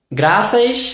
graças